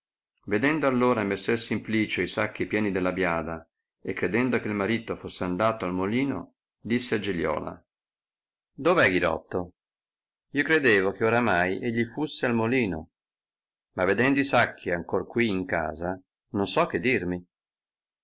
vedendo allora messer simplicio i sacchi pieni della biada e credendo che marito fosse andato al molino disse a giliola dov'è ghirotto io credevo che oramai egli fusse al molino ma vedendo i sacchi ancor qui in casa non so che dirmi